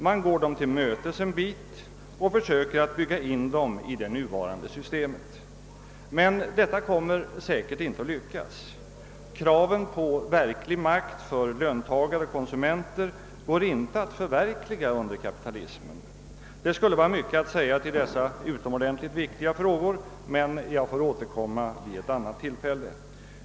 Man går kraven till mötes en bit och försöker bygga in dem i det nuvarande systemet, men detta kommer säkert inte att lyckas. Kraven på verklig makt för löntagare och konsumenter går inte att förverkliga under kapitalismen. Det skulle finnas mycket att säga i dessa utomordentligt viktiga frågor, men jag får återkomma vid ett annat tillfälle.